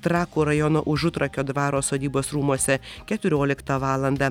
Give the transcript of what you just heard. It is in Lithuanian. trakų rajono užutrakio dvaro sodybos rūmuose keturioliktą valandą